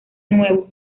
nuevo